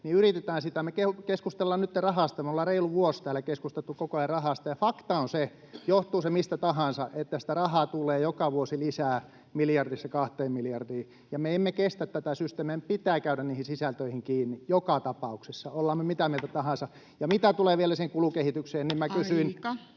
Me yritetään sitä. Me keskustellaan nytten rahasta, me ollaan reilu vuosi täällä keskusteltu koko ajan rahasta, ja fakta on se — johtuu se mistä tahansa — että sitä rahaa tulee joka vuosi lisää miljardista kahteen miljardiin, ja me emme kestä tätä systeemiä. Meidän pitää käydä niihin sisältöihin kiinni joka tapauksessa, ollaan me mitä mieltä tahansa. Ja mitä tulee vielä siihen kulukehitykseen, niin minä kysyin...